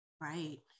Right